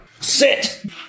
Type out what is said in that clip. Sit